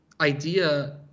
idea